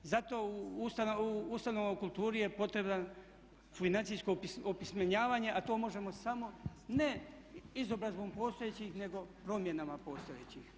Zato u ustanovama u kulturi je potrebno financijsko opismenjavanje a to možemo samo ne izobrazbom postojećih nego promjenama postojećih.